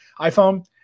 iphone